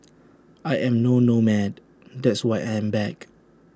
I am no nomad that's why I am back